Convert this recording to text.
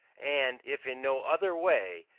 and if in no other way,